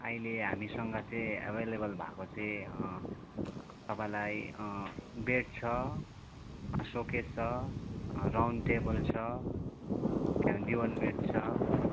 अहिले हामीसँग चाहिँ एभाइलेबल भएको चाहिँ तपाईँलाई बेड छ सोकेस छ राउन्ड टेबल छ दिवान बेड छ